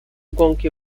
гонки